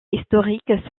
historiques